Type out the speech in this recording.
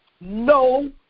no